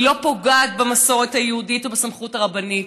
היא לא פוגעת במסורת היהודית או בסמכות הרבנית.